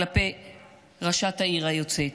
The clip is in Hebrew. כלפי ראשת העיר היוצאת.